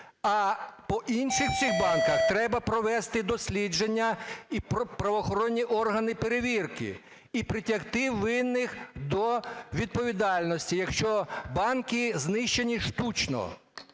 А по інших всіх банках треба провести дослідження, і правоохоронні органи перевірки, і притягти винних до відповідальності, якщо банки знищені штучно.